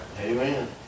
Amen